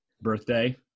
birthday